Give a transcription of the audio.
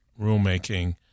rulemaking